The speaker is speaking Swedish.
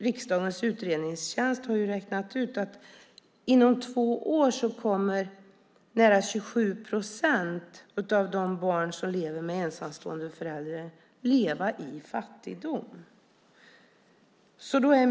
Riksdagens utredningstjänst har räknat ut att inom två år kommer nära 27 procent av de barn som lever med ensamstående föräldrar att leva i fattigdom.